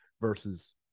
versus